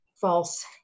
false